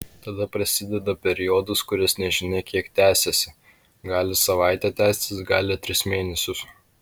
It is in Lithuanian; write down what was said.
tada prasideda periodas kuris nežinia kiek tęsiasi gali savaitę tęstis gali tris mėnesius